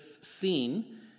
seen